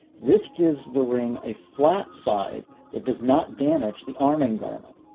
this gives the ring a flat side that does not damage the arming garment.